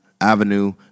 Avenue